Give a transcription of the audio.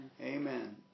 Amen